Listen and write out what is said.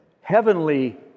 heavenly